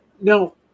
No